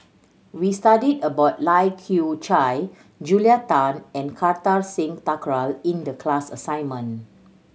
we studied about Lai Kew Chai Julia Tan and Kartar Singh Thakral in the class assignment